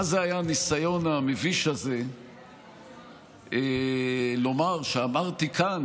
מה זה היה הניסיון המביש הזה לומר שאמרתי כאן